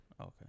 Okay